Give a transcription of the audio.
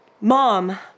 Mom